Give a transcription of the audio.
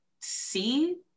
see